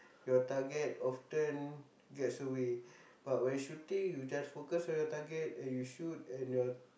your target often gets away but when shooting you just focus on your target and you shoot and your